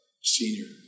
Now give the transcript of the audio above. senior